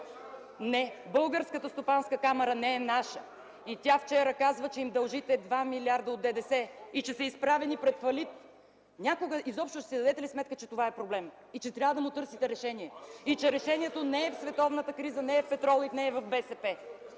Не, Българската стопанска камара не е наша и тя вчера казва, че им дължите два милиарда от ДДС и че са изправени пред фалит. Някога изобщо ще си дадете ли сметка, че това е проблем и че трябва да му търсите решението? И че решението не е в световната криза, не е в петрола и не в БСП?